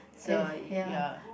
so your